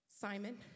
simon